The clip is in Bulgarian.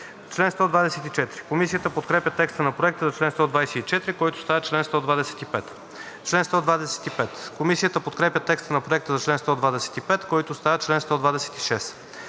чл. 124. Комисията подкрепя текста на Проекта за чл. 124, който става чл. 125. Комисията подкрепя текста на Проекта за чл. 125, който става чл. 126.